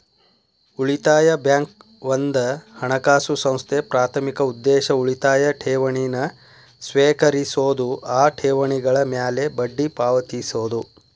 ಉಳಿತಾಯ ಬ್ಯಾಂಕ್ ಒಂದ ಹಣಕಾಸು ಸಂಸ್ಥೆ ಪ್ರಾಥಮಿಕ ಉದ್ದೇಶ ಉಳಿತಾಯ ಠೇವಣಿನ ಸ್ವೇಕರಿಸೋದು ಆ ಠೇವಣಿಗಳ ಮ್ಯಾಲೆ ಬಡ್ಡಿ ಪಾವತಿಸೋದು